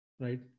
right